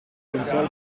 console